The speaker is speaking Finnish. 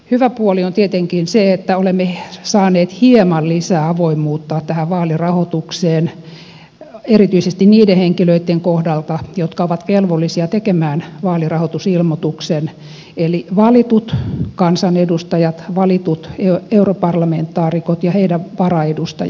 hyvä puoli on tietenkin se että olemme saaneet hieman lisää avoimuutta tähän vaalirahoitukseen erityisesti niiden henkilöitten kohdalta jotka ovat velvollisia tekemään vaalirahoitusilmoituksen eli valitut kansanedustajat valitut europarlamentaarikot ja heidän varaedustajansa